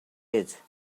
edge